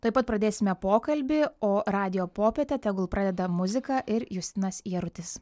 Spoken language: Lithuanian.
tuoj pat pradėsime pokalbį o radijo popietę tegul pradeda muzika ir justinas jarutis